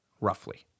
Roughly